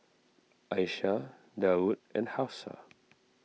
Aisyah Daud and Hafsa